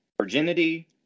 virginity